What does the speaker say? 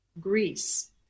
Greece